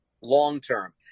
long-term